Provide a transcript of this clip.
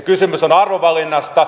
kysymys on arvovalinnasta